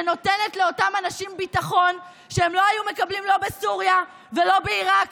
שנותנת לאותם אנשים ביטחון שהם לא היו מקבלים בסוריה ולא בעיראק